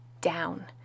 down